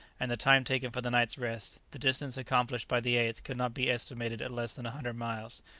and the time taken for the night's rest, the distance accomplished by the eighth could not be estimated at less than a hundred miles.